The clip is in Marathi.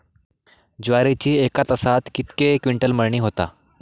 ज्वारीची एका तासात कितके क्विंटल मळणी होता?